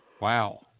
Wow